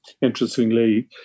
interestingly